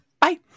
bye